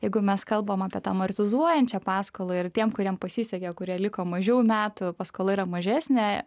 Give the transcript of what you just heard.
jeigu mes kalbam apie tą amortizuojančią paskolą ir tiem kuriem pasisekė kurie liko mažiau metų paskola yra mažesnė